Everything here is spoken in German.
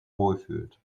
wohlfühlt